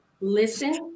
listen